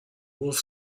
گفت